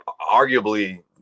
arguably